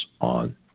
on